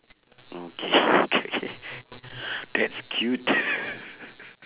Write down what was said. okay K K that's cute